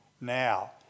now